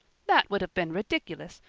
that would have been ridiculous,